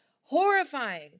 Horrifying